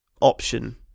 option